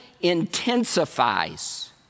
intensifies